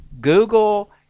Google